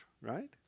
right